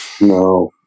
no